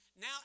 now